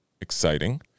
exciting